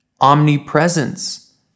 omnipresence